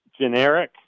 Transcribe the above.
generic